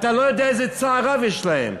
אתה לא יודע איזה צער רב יש להם.